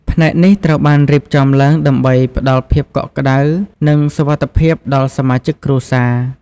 ផ្នែកនេះត្រូវបានរៀបចំឡើងដើម្បីផ្តល់ភាពកក់ក្តៅ និងសុវត្ថិភាពដល់សមាជិកគ្រួសារ ។